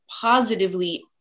positively